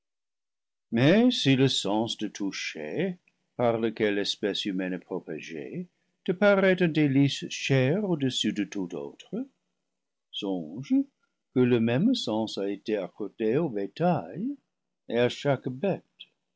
mais si le sens du toucher par lequel l'espèce humaine est propagée te paraît un délice cher au-dessus de tout autre songe